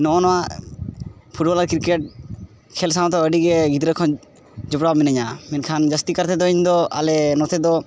ᱱᱚᱜᱼᱚ ᱱᱚᱣᱟ ᱟᱨ ᱠᱷᱮᱹᱞ ᱥᱟᱶᱫᱚ ᱟᱹᱰᱤᱜᱮ ᱜᱤᱫᱽᱨᱟᱹ ᱠᱷᱚᱱ ᱡᱚᱯᱲᱟᱣ ᱢᱤᱱᱟᱹᱧᱟ ᱢᱮᱱᱠᱷᱟᱱ ᱡᱟᱹᱥᱛᱤᱠᱟᱭ ᱛᱮᱫᱚ ᱤᱧᱫᱚ ᱟᱞᱮ ᱱᱚᱛᱮ ᱫᱚ